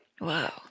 Wow